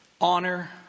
Honor